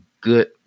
good